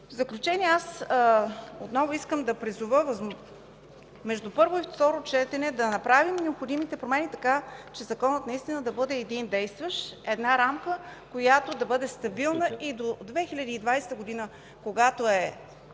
В заключение отново искам да призова между първо и второ четене да направим необходимите промени, така че законът наистина да бъде действащ – една рамка, която да бъде стабилна и до 2020 г., когато е